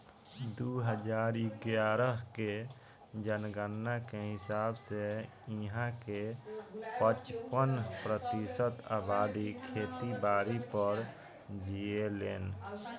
दू हजार इग्यारह के जनगणना के हिसाब से इहां के पचपन प्रतिशत अबादी खेती बारी पर जीऐलेन